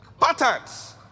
Patterns